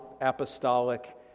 apostolic